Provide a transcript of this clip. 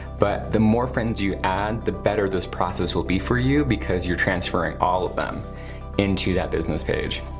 but the more friends you add, the better this process will be for you, because you're transferring all of them into that business page.